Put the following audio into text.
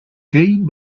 gain